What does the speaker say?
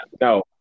no